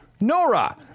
Nora